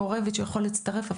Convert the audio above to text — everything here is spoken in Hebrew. גורביץ' יכול להצטרף,